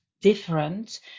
different